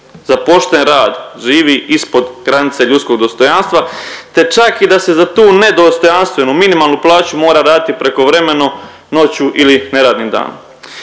za pošten rad živi ispod granice ljudskog dostojanstva te čak i da se za tu nedostojanstvenu minimalnu plaću mora raditi prekovremeno, noću ili neradnim danom.